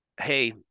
hey